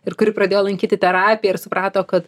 ir kuri pradėjo lankyti terapiją ir suprato kad